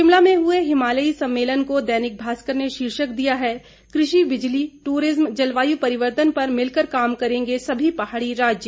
शिमला में हुए हिमालयी सम्मेलन को दैनिक भास्कर ने शीर्षक दिया है कृषि बिजली दूरिज्म जलवायु परिवर्तन पर मिलकर काम करेंगे सभी पहाड़ी राज्य